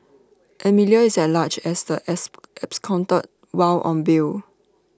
Amelia is at large as the as absconded while on bail